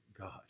God